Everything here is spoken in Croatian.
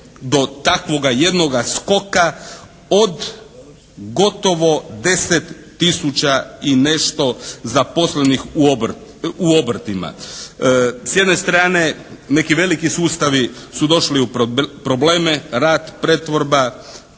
do takvoga jednoga skoka od gotovo 10 tisuća i nešto zaposlenih u obrtima. S jedne strane neki veliki sustavi su došli u probleme. Rad, pretvorba,